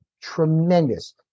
Tremendous